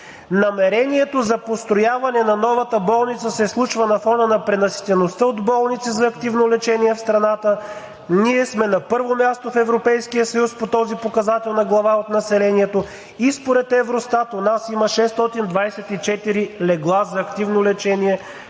Намерението за построяване на новата болница се случва на фона на пренаситеността от болници за активно лечение в страната – ние сме на първо място в Европейския съюз по този показател на глава от населението и според Евростат у нас има 624 легла за активно лечение